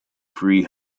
free